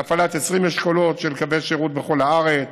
להפעלת 20 אשכולות של קווי שירות בכל הארץ,